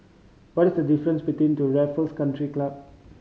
what is the difference between to Raffles Country Club